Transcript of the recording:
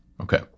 okay